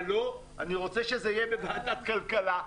אבל לא, אני רוצה שזה יהיה בוועדת הכלכלה.